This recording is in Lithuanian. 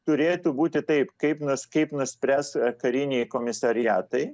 turėtų būti taip kaip nus kaip nuspręs kariniai komisariatai